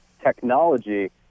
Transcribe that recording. technology